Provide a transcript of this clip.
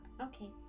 okay